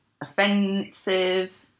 offensive